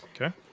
Okay